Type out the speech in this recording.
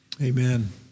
Amen